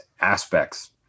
aspects